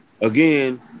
again